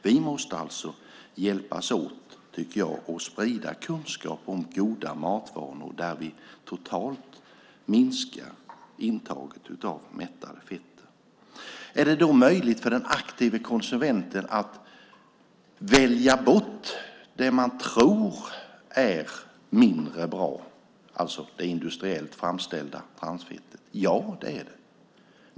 Vi måste hjälpas åt med att sprida kunskap om goda matvanor där vi totalt minskar intaget av mättade fetter. Är det då möjligt för den aktiva konsumenten att välja bort det man tror är mindre bra - alltså det industriellt framställda transfettet? Ja, det är det.